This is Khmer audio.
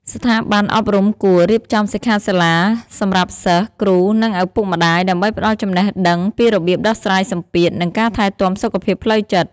ស្ថាប័នអប់រំគួរ រៀបចំសិក្ខាសាលា សម្រាប់សិស្ស គ្រូ និងឪពុកម្ដាយ ដើម្បីផ្តល់ចំណេះដឹងពីរបៀបដោះស្រាយសម្ពាធ និងការថែទាំសុខភាពផ្លូវចិត្ត។